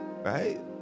right